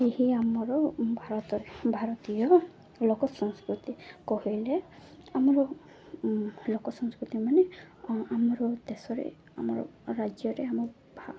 ଏହି ଆମର ଭାରତରେ ଭାରତୀୟ ଲୋକ ସଂସ୍କୃତି କହିଲେ ଆମର ଲୋକ ସଂସ୍କୃତି ମାନେ ଆମର ଦେଶରେ ଆମର ରାଜ୍ୟରେ ଆମ